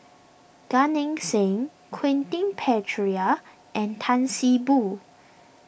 Gan Eng Seng Quentin Pereira and Tan See Boo